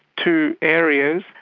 two areas.